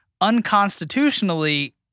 unconstitutionally